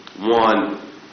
one